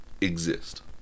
Exist